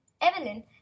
Evelyn